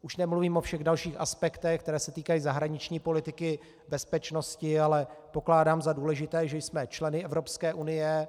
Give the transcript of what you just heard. Už nemluvím o všech dalších aspektech, které se týkají zahraniční politiky, bezpečnosti, ale pokládám za důležité, že jsme členy Evropské unie.